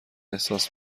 احساس